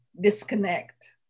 disconnect